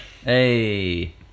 hey